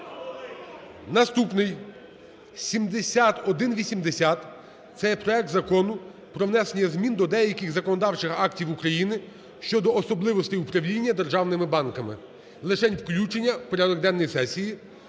Наступний – 7180. Це є проект Закону про внесення змін до деяких законодавчих актів України щодо особливості управління державними банками. Лишень включення у порядок денний сесії.